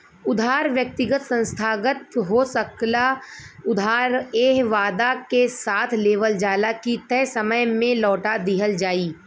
उधार व्यक्तिगत संस्थागत हो सकला उधार एह वादा के साथ लेवल जाला की तय समय में लौटा दिहल जाइ